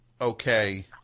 okay